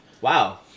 Wow